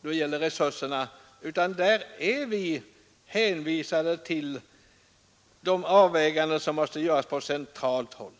då det gäller resurserna, utan där är vi hänvisade till de avväganden som måste göras på centralt håll.